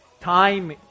time